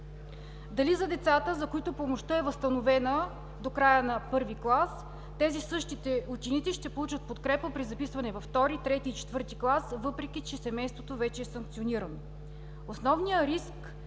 дали за децата, за които помощта е възстановена до края на първи клас, същите ученици ще получат подкрепа при записване във втори, трети и четвърти клас, въпреки че семейството вече е санкционирано. Основният риск